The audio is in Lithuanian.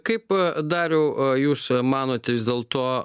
kaip dariau jūs manot vis dėl to